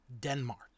Denmark